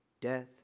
Death